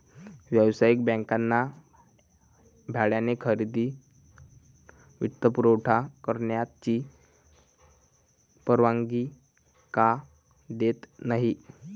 व्यावसायिक बँकांना भाड्याने खरेदी वित्तपुरवठा करण्याची परवानगी का देत नाही